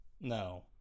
no